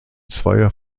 zweier